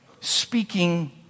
speaking